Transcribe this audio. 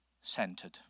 centered